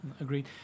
Agreed